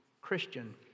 Christian